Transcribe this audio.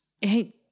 Hey